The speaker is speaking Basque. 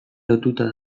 lotuta